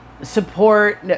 support